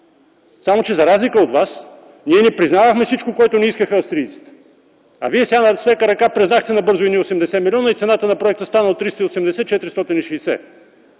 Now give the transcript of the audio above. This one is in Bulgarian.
Само че, за разлика от вас, ние не признавахме всичко, което ни искаха австрийците! Вие сега с лека ръка признахте набързо едни 80 милиона и цената на проекта стана от 380 - 460!